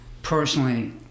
personally